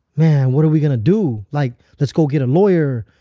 man what are we going to do? like let's go get a lawyer.